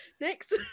next